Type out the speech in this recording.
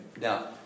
Now